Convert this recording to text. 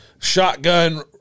shotgun